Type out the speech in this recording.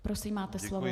Prosím, máte slovo.